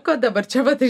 ko dabar čia vat iš